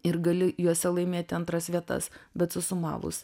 ir gali juose laimėti antras vietas bet susumavus